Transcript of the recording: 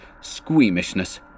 squeamishness